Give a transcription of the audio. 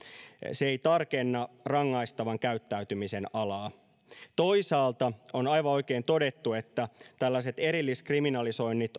se ei tarkenna rangaistavan käyttäytymisen alaa toisaalta on aivan oikein todettu että tällaiset erilliskriminalisoinnit